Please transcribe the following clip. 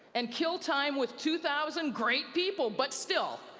and kill time with two thousand great people, but still.